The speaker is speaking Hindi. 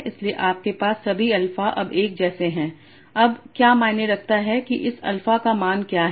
इसलिए हमारे पास सभी अल्फा अब एक जैसे हैं अब क्या मायने रखता है कि इस अल्फा का मान क्या है